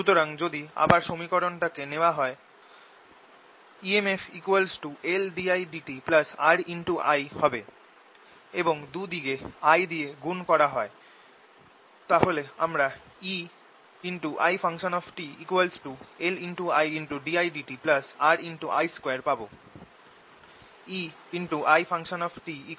সুতরাং যদি আবার সমীকরণ টাকে নেওয়া হয় EMF LdIdtRI হবে এবং দু দিকে I দিয়ে গুণ করা হয় আমরা EIt LIdIdtRI2 পাব